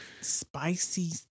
spicy